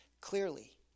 clearly